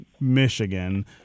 Michigan